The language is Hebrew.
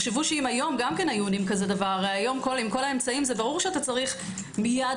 היום עם כל האמצעים ברור שאתה צריך מייד